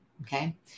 Okay